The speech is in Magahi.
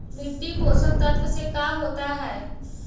मिट्टी पोषक तत्त्व से का होता है?